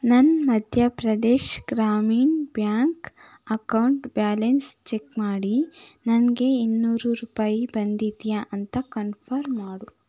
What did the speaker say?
ನನ್ನ Madhya Pradesh Gramin bank account balance check ಮಾಡಿ ನನಗೆ ಇನ್ನೂರು ರೂಪಾಯಿ ಬಂದಿದೆಯಾ ಅಂತ ಕನ್ಫರ್ಮ್ ಮಾಡು